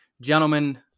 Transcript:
Gentlemen